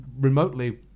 remotely